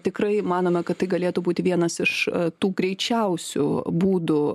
tikrai manome kad tai galėtų būti vienas iš tų greičiausių būdų